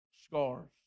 scars